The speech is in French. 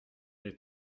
est